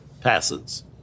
passes